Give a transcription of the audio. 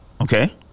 Okay